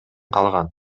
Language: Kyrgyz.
калган